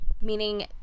meaning